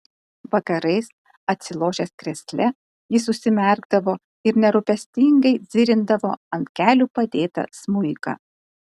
vakarais atsilošęs krėsle jis užsimerkdavo ir nerūpestingai dzirindavo ant kelių padėtą smuiką